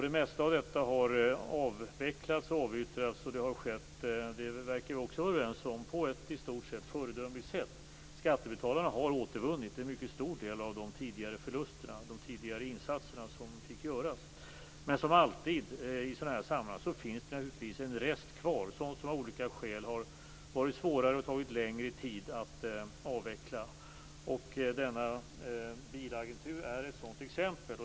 Det mesta av detta har avvecklats och avyttrats, och det har skett - det verkar vi också vara överens om - på ett i stort sett föredömligt sätt. Skattebetalarna har återvunnit en mycket stor del av de tidigare förlusterna, av de tidigare insatser som fick göras. Men som alltid i sådana här sammanhang finns det naturligtvis en rest kvar, som av olika skäl har varit svårare och tagit längre tid att avveckla. Denna bilagentur är ett sådant exempel.